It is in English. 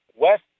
West